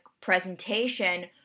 presentation